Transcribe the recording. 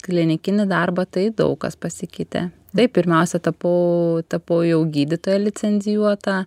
klinikinį darbą tai daug kas pasikeitė taip pirmiausia tapau tapau jau gydytoja licencijuota